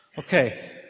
Okay